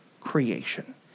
creation